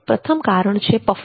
પ્રથમ કારણ છે પફરી